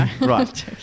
Right